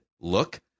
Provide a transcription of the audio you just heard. look